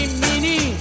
mini